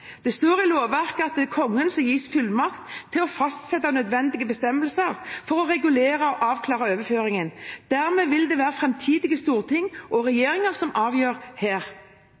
Det står i lovverket at det er Kongen som gis fullmakt til å fastsette nødvendige bestemmelser for å regulere og avklare overføringen. Dermed vil det være framtidige storting og regjeringer som avgjør her.